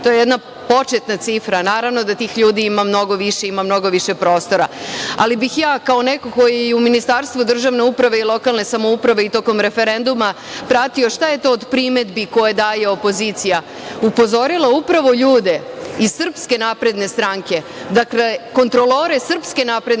To je jedna početna cifra. Naravno da tih ljudi ima mnogo više, ima mnogo više prostora. Ja bih kao neko ko je i u Ministarstvu državne uprave i lokalne samouprave i tokom referenduma pratio šta je to od primedbi koje daje opozicija, upozorila upravo ljude iz SNS, kontrolore SNS na ovim